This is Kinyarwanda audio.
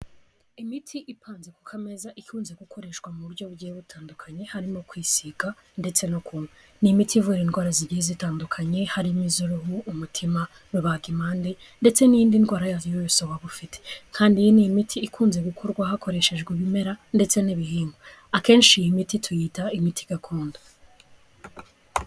Imiti ipanze ku kameza ikunze gukoreshwa mu buryo bugiye butandukanye, harimo kwisiga ndetse no kunywa. Ni imiti ivura indwara zigiye zitandukanye, harimo iz'uruhu, umutima, rubagimpande ndetse n'indi ndwara yose waba ufite. Kandi iyi ni imiti ikunze gukorwa hakoreshejwe ibimera, ndetse n'ibihingwa. Akenshi iyi miti tuyita imiti gakondo.